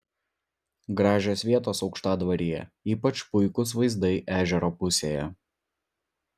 gražios vietos aukštadvaryje ypač puikūs vaizdai ežero pusėje